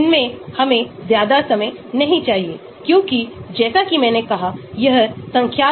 हमारे यहाँ एमिनो समूह है यही कारण है कि अमीनो कारबिनोल इसलिए है क्योंकि हमारे पास यहाँ OH है